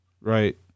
right